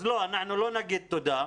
לא, אנחנו לא נגיד תודה.